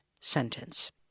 sentence